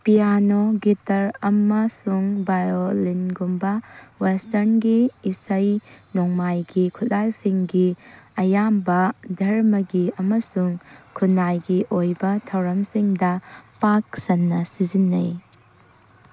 piano guitar ꯑꯃꯁꯨꯡ ꯕꯥꯏꯑꯣꯂꯤꯟꯒꯨꯝꯕ ꯋꯦꯁꯇꯔ꯭ꯟꯒꯤ ꯏꯁꯩ ꯅꯣꯡꯃꯥꯏꯒꯤ ꯈꯨꯠꯂꯥꯏꯁꯤꯡꯒꯤ ꯑꯌꯥꯝꯕ ꯗꯔꯃꯥꯒꯤ ꯑꯃꯁꯨꯡ ꯈꯨꯟꯅꯥꯏꯒꯤ ꯑꯣꯏꯕ ꯊꯧꯔꯝꯁꯤꯡꯗ ꯄꯥꯛ ꯁꯟꯅ ꯁꯤꯖꯤꯟꯅꯩ